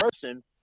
person